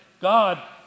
God